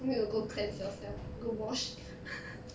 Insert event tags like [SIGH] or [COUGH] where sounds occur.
think you go cleanse yourself go wash [LAUGHS]